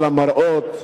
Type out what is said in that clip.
על המראות,